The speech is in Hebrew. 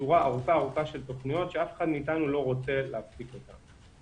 בשורה ארוכה של תוכניות שאף אחד מאתנו לא רוצה להפסיק אותן.